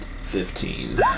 Fifteen